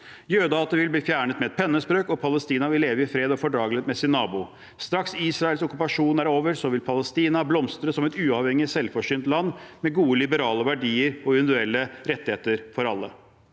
Jødehatet vil bli fjernet med et pennestrøk, og Palestina vil leve i fred og fordragelighet med sin nabo. Straks Israels okkupasjon er over, vil Palestina blomstre som et uavhengig, selvforsynt land med gode, liberale verdier og individuelle rettigheter for alle.